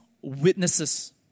witnesses